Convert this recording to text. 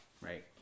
right